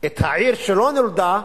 את העיר שלא נולדה,